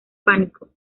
pánico